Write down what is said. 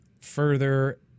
Further